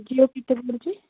ଜିଓ କେତେ ପଡ଼ୁଛି